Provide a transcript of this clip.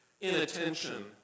inattention